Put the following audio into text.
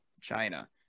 China